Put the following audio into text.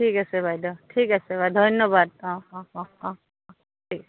ঠিক আছে বাইদেউ ঠিক আছে বাইদেউ ধন্যবাদ অঁ অঁ অঁ অঁ অঁ ঠিক আছে